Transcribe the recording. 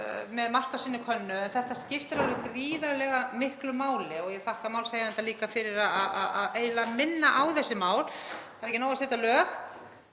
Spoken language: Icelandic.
með margt á sinni könnu en þetta skiptir alveg gríðarlega miklu máli og ég þakka málshefjanda líka fyrir að minna á þessi mál. Það er ekki nóg að setja lög,